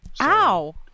Ow